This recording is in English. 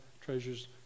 treasures